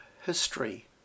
history